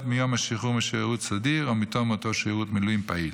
מיום השחרור משירות סדיר או מתום אותו שירות מילואים פעיל.